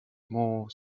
more